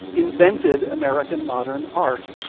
invented american modern art,